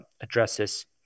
addresses